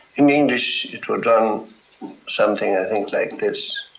in english it would run something i think like this